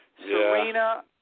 Serena